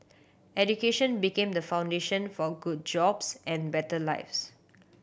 education became the foundation for good jobs and better lives